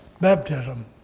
baptism